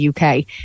uk